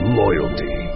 loyalty